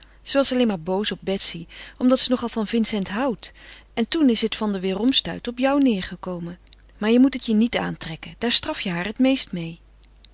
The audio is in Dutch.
was alleen maar boos op betsy omdat ze nog al van vincent houdt en toen is het van den weêromstuit op jou neêrgekomen maar je moet het je niet aantrekken daar straf je haar het meest meê